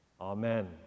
Amen